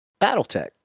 Battletech